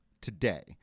today